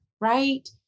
right